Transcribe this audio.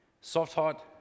soft-heart